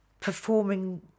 performing